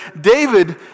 David